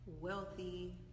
wealthy